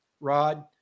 Rod